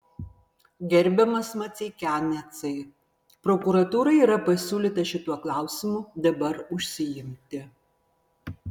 gerbiamas maceikianecai prokuratūrai yra pasiūlyta šituo klausimu dabar užsiimti